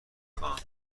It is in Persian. خواهم